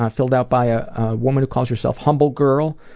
filled out by a woman who calls herself humble girl.